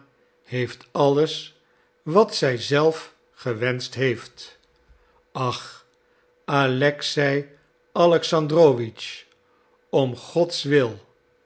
heeft alles wat zij zelf gewenscht heeft ach alexei alexandrowitsch om gods wil